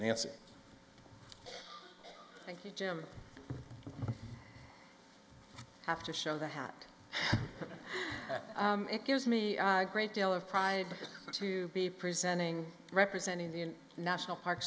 you jim have to show the hat it gives me a great deal of pride to be presenting representing the national park